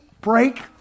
break